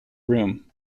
room